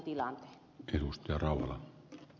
arvoisa puhemies